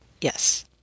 Yes